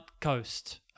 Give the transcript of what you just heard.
coast